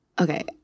okay